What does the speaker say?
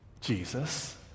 Jesus